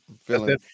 feeling